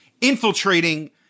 infiltrating